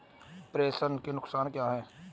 प्रेषण के नुकसान क्या हैं?